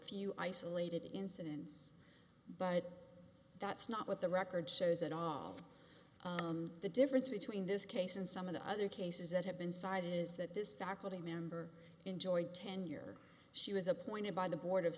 few isolated incidents but that's not what the record shows at all the difference between this case and some of the other cases that have been cited is that this faculty member enjoyed tenure she was appointed by the board of